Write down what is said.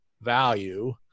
value